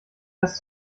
das